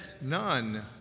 none